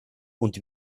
und